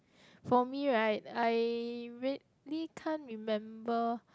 for me right I really can't remember